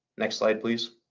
next slide, please.